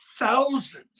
Thousands